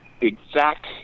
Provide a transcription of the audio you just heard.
exact